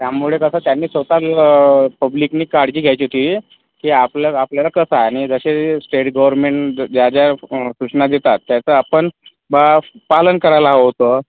त्यामुळे कसं त्यानी स्वत पब्लिकनी काळजी घ्यायची होती ते आपल्या आपल्याला कसा आणि जसे स्टेट गोर्मेन्ट ज्या ज्या सूचना देतात त्याचा आपण बा पालन करायला हवं होतं